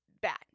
bad